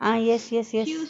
ah yes yes yes